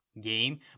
game